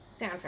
soundtrack